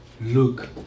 look